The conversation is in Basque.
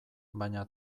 baina